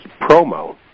promo